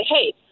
Hey